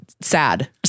sad